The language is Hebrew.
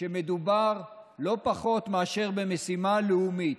שמדובר לא פחות מאשר במשימה לאומית.